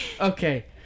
Okay